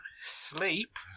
sleep